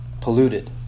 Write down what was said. polluted